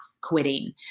quitting